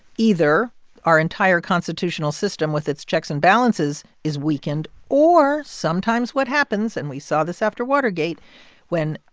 either our entire constitutional system with its checks and balances is weakened or sometimes what happens and we saw this after watergate when